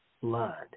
blood